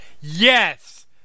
yes